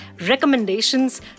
recommendations